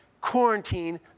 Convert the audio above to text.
quarantine